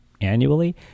annually